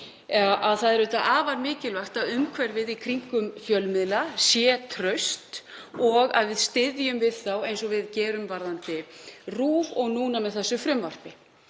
að það er afar mikilvægt að umhverfið í kringum fjölmiðla sé traust og að við styðjum við þá eins og við gerum varðandi RÚV og núna með þessu frumvarpi.